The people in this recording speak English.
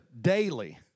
daily